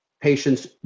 Patients